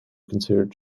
considered